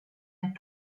ond